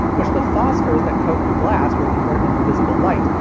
which the phosphors that coat the glass will convert into visible light,